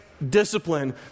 discipline